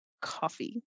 coffee